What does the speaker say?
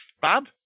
Bob